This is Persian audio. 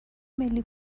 ملی